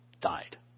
died